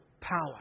power